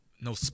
no